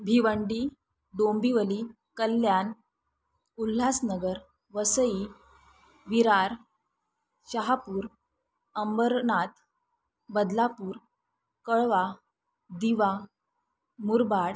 Bhiwandi Dombivli Kalyan Ulhasnagar Vasai Virar Shahapur Ambernath Badlapur Kalwa Diva Murbad